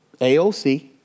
AOC